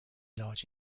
large